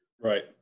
Right